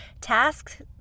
Tasks